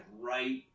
right